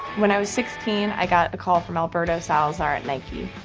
when i was sixteen, i got a call from alberto salazar at nike.